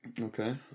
Okay